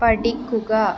പഠിക്കുക